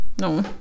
No